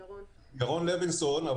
אני ירון לוינסון.